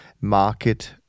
market